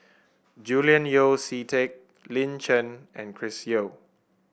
Julian Yeo See Teck Lin Chen and Chris Yeo